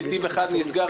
נתיב אחד נסגר